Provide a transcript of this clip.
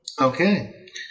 Okay